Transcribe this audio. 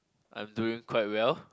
I'm doing quite well